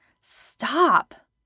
stop